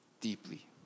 deeply